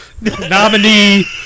nominee